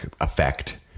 effect